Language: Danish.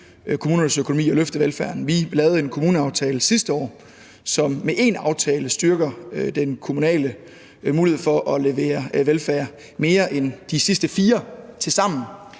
kommunernes økonomi og løfte velfærden. Vi lavede en kommuneaftale sidste år, som med én aftale styrker den kommunale mulighed for at levere mere velfærd end de sidste fire tilsammen